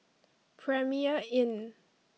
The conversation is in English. Premier Inn